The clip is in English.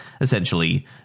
essentially